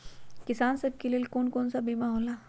किसान सब के लेल कौन कौन सा बीमा होला?